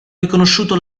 riconosciuto